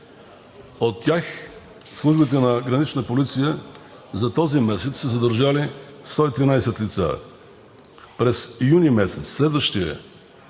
От тях службите на Гранична полиция за този месец са задържали 113 лица. През следващия месец